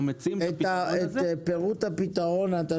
זה פתרון טוב,